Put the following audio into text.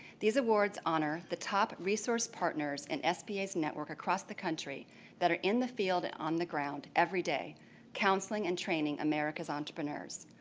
these awards honor the top resource partners and sba's network across the country that are in the field and on the ground everyday counseling and training america's entrepreneurs.